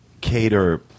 cater